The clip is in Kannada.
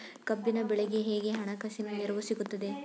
ಕಬ್ಬಿನ ಬೆಳೆಗೆ ಹೇಗೆ ಹಣಕಾಸಿನ ನೆರವು ಸಿಗುತ್ತದೆ?